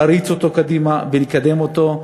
להריץ אותו ולקדם אותו.